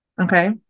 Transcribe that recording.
Okay